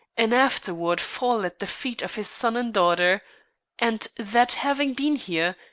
and afterward fall at the feet of his son and daughter and that having been here,